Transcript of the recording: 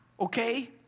okay